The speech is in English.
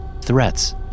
Threats